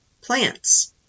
Plants